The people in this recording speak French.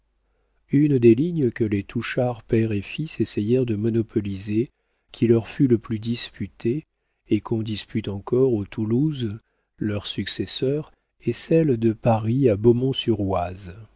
une des lignes que les touchard père et fils essayèrent de monopoliser qui leur fut le plus disputée et qu'on dispute encore aux toulouse leurs successeurs est celle de paris à